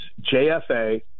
jfa